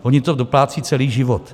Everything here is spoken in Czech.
Ony to doplácejí celý život.